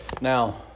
Now